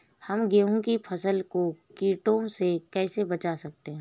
हम गेहूँ की फसल को कीड़ों से कैसे बचा सकते हैं?